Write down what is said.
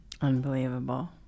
Unbelievable